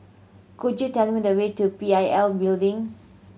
could you tell me the way to P I L Building